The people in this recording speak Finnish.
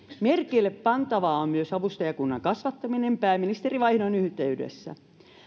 merkille pantavaa on myös avustajakunnan kasvattaminen pääministerivaihdon yhteydessä